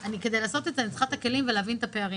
כדי לעשות את זה אני צריכה את הכלים ולהבין את הפערים.